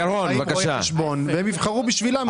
להם רואי חשבון והם יבחרו בשבילם.